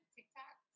TikTok